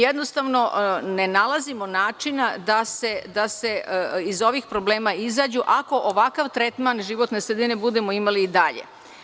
Jednostavno, ne nalazimo načina da se iz ovih problema izađe, ako ovakav tretman životne sredine budemo imali i dalje.